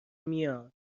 میاد